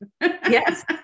Yes